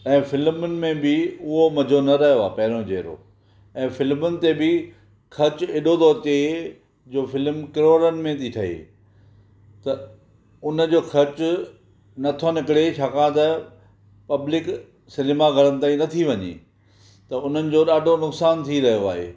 ऐं फिल्मुनि में बि उहो मज़ो न रहियो आहे पहिरियों जहिड़ो ऐं फिल्मुनि ते बि ख़र्चु एॾो थो अचे जो फिल्म करोड़नि में थी ठहे त उनजो ख़र्चु न थो निकिरे छाकाणि त पब्लिक सिनेमा घरनि ताईं न थी वञे त उन्हनि जो ॾाढो नुकसानु थी रहियो आहे